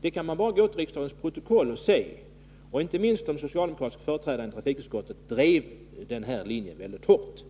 behöver bara gå till riksdagens protokoll för att se detta. Inte minst de socialdemokratiska företrädarna i trafikutskottet drev denna linje mycket hårt.